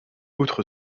outre